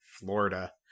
Florida